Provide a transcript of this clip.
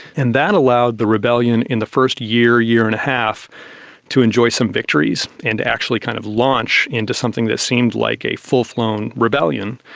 and that allowed the rebellion in the first year, year and a half to enjoy some victories and actually kind of launch into something that seemed like a full-flown rebellion.